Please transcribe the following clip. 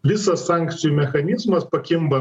visas sankcijų mechanizmas pakimba